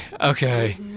Okay